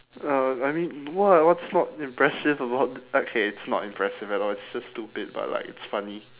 uh I mean what what's not impressive about th~ okay it's not impressive at all it's just stupid but like it's funny